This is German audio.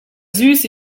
süß